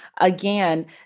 again